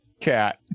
cat